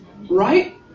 right